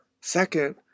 Second